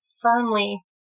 firmly